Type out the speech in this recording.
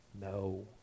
No